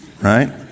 right